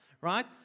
right